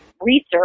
research